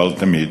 אבל תמיד